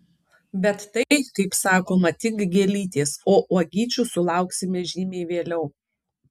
bet tai kaip sakoma tik gėlytės o uogyčių sulauksime žymiai vėliau